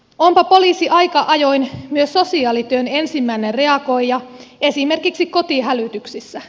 onpa poliisi aika ajoin myös sosiaalityön ensimmäinen reagoija esimerkiksi kotihälytyksissä